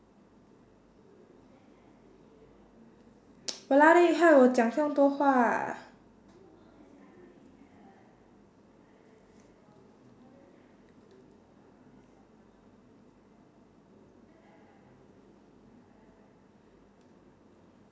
!walao! then you 害我讲这样多话